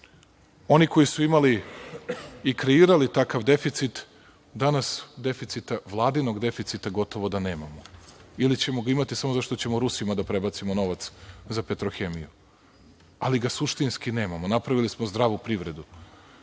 Oni koji su imali i kreirali takav deficit, danas vladinog deficita gotovo da nemamo, ili ćemo ga imati samo zato što ćemo Rusima da prebacimo novac za Petrohemiju, ali ga suštinski nemamo. Napravili smo zdravu privredu.